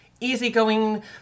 easygoing